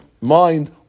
mind